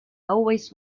always